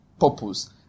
purpose